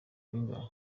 bingahe